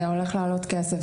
זה הולך לעלות כסף.